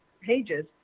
pages